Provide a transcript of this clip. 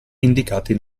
indicati